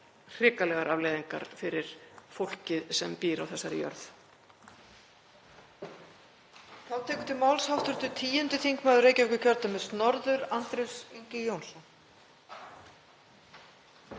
hrikalegar afleiðingar fyrir fólkið sem býr á þessari jörð.